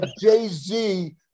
Jay-Z